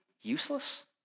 useless